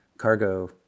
cargo